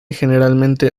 generalmente